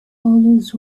always